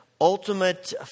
ultimate